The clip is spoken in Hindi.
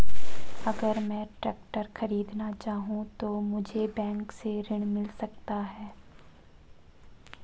अगर मैं ट्रैक्टर खरीदना चाहूं तो मुझे बैंक से ऋण मिल सकता है?